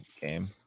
game